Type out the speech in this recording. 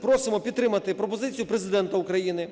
просимо підтримати пропозицію Президента України